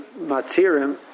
matirim